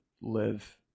Live